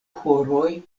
horoj